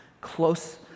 close